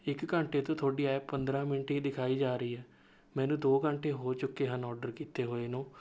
ਇੱਕ ਘੰਟੇ ਤੋਂ ਤੁਹਾਡੀ ਐਪ ਪੰਦਰਾਂ ਮਿੰਟ ਹੀ ਦਿਖਾਈ ਜਾ ਰਹੀ ਹੈ ਮੈਨੂੰ ਦੋ ਘੰਟੇ ਹੋ ਚੁੱਕੇ ਹਨ ਆਰਡਰ ਕੀਤੇ ਹੋਏ ਨੂੰ